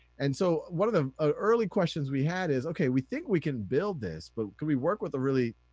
and so one of the ah early questions we had is, okay, we think we can build this, but can we work with a really,